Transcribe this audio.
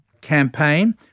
campaign